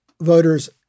voters